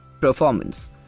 performance